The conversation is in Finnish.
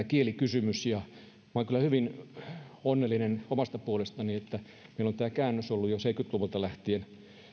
kielikysymys olen kyllä hyvin onnellinen omasta puolestani että meillä on tämä käännös ollut jo seitsemänkymmentä luvulta lähtien